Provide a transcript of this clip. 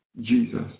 Jesus